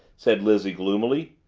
said lizzie gloomily.